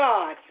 God